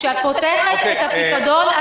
כשאת חותכת את הפיקדון,